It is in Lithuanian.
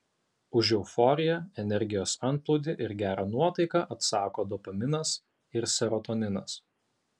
už euforiją energijos antplūdį ir gerą nuotaiką atsako dopaminas ir serotoninas